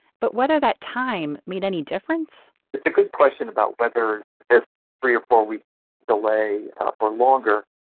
but whether that time made any difference. it's a good question about whether this three or four weeks delay or longer